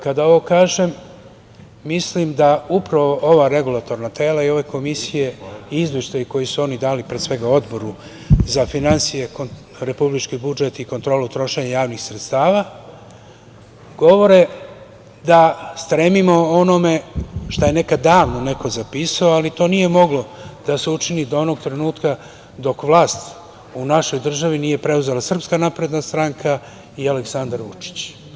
Kada ovo kažem, mislim da upravo ova regulatorna tela i ove komisije i izveštaji koje su oni dali pre svega Odboru za finansije, republički budžet i kontrolu trošenja javnih sredstava govore da stremimo onome što je nekad davno neko zapisao, ali to nije moglo da se učini do onog trenutka dok vlast u našoj državi nije preuzela Srpska napredna stranka i Aleksandar Vučić.